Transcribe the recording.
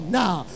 now